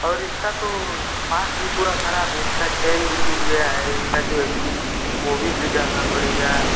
और इसका तो पार्ट भी पूरा खराब है इसका चैन भी टूट गया है इसका जो है कि मोबिल भी डालना पड़ेगा